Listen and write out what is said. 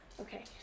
Okay